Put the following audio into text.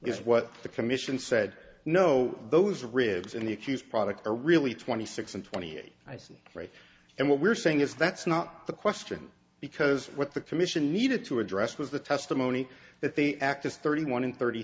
is what the commission said no those ribs in the accused product are really twenty six and twenty eight i see three and what we're saying is that's not the question because what the commission needed to address was the testimony that the act is thirty one and thirty